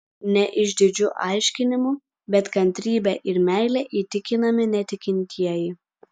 ne išdidžiu aiškinimu bet kantrybe ir meile įtikinami netikintieji